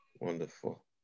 Wonderful